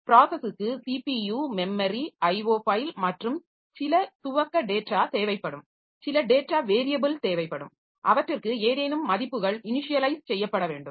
ப்ராஸஸுக்கு CPU memory IO file மற்றும் சில துவக்க டேட்டா தேவைப்படும் சில டேட்டா வேரியபில் தேவைப்படும் அவற்றிற்கு ஏதேனும் மதிப்புகள் இனிஸியலைஸ் செய்யப்படவேண்டும்